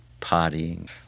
partying